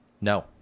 No